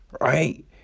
Right